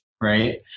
right